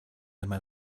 einmal